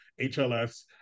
HLS